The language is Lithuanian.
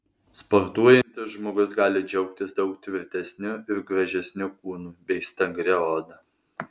sportuojantis žmogus gali džiaugtis daug tvirtesniu ir gražesniu kūnu bei stangria oda